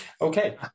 Okay